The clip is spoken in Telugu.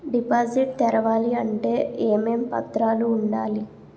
డిపాజిట్ తెరవాలి అంటే ఏమేం పత్రాలు ఉండాలి?